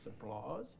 applause